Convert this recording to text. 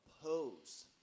oppose